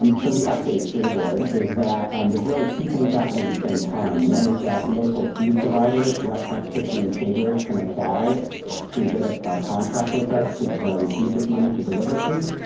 um so the updates for your board is that um there's really two things happening at the same time. one is that local food providers, restaurants, kitchen, and caterers, can apply to get a contract with us to receive this money to deliver food,